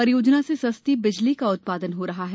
परियोजना से सस्ती बिजली का उत्पादन हो रहा है